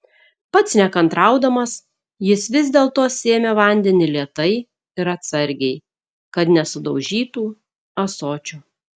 pats nekantraudamas jis vis dėlto sėmė vandenį lėtai ir atsargiai kad nesudaužytų ąsočio